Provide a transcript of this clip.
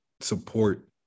support